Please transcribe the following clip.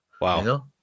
Wow